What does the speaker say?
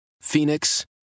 Phoenix